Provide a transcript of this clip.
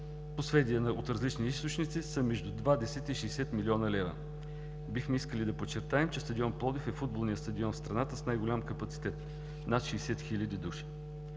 по сведения от различни средства, са между 20 и 60 милиона лева. Бихме искали да подчертаем, че стадион „Пловдив“ е футболният стадион в страната с най-голям капацитет – над 60 хиляди души.